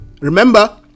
remember